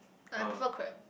I prefer crab